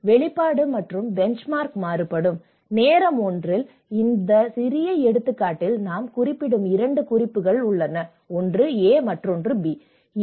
வெளிப்பாடு மற்றும் பெஞ்ச்மார்க் மாறுபடும் நேரம் 1 இல் இந்த சிறிய எடுத்துக்காட்டில் நாம் குறிப்பிடும் 2 குறிப்பு புள்ளிகள் உள்ளன ஒன்று A மற்றும் ஒன்று B